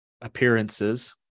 appearances